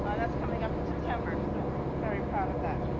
ah that's coming up in september so we're very proud of that.